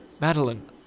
Madeline